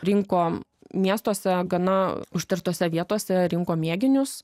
rinko miestuose gana užterštose vietose rinko mėginius